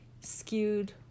skewed